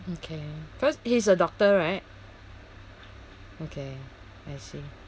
okay first he's a doctor right okay I see